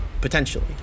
potentially